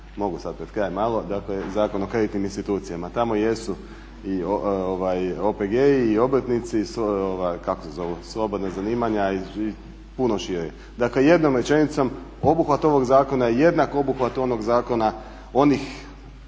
mogu sada pred kraj malo, dakle Zakon o kreditnim institucijama. Tamo jesu i OPG-i i obrtnici, slobodna zanimanja i puno šire. Dakle jednom rečenicom, obuhvat ovog zakona je jednak obuhvat onog zakona onih